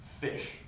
fish